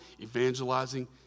evangelizing